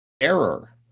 error